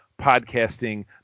podcasting